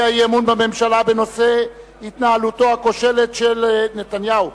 אי-אמון בממשלה בנושא התנהלותו הכושלת של נתניהו,